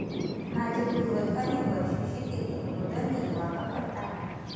माझे पूर्वज अनेक वर्षे शेती करून उदरनिर्वाह करतात